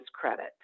credit